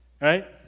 right